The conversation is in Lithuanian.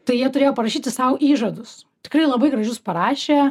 tai jie turėjo parašyti sau įžadus tikrai labai gražius parašė